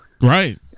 Right